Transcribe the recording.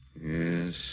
Yes